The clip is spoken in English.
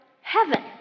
heaven